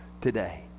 today